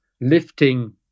lifting